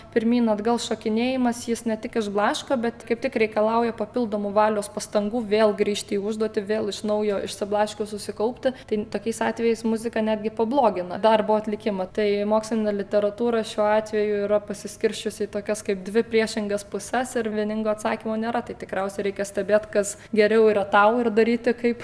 pirmyn atgal šokinėjimas jis ne tik išblaško bet kaip tik reikalauja papildomų valios pastangų vėl grįžti į užduotį vėl iš naujo išsiblaškius susikaupti tik tokiais atvejais muzika netgi pablogina darbo atlikimą tai mokslinė literatūra šiuo atveju yra pasiskirsčiusi į tokias kaip dvi priešingas puses ir vieningo atsakymo nėra tai tikriausiai reikia stebėt kas geriau yra tau ir daryti kaip